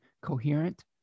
coherent